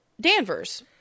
danvers